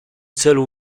celu